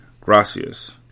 Gracias